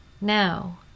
now